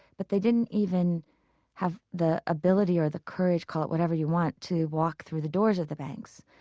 but they didn't even have the ability or the courage, call it whatever you want, to walk through the doors of the banks.